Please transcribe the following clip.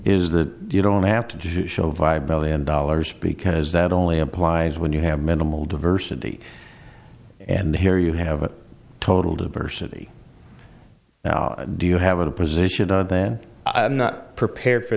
is that you don't have to do show vibe million dollars because that only applies when you have minimal diversity and here you have a total diversity now do you have a position then i'm not prepared for